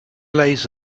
lays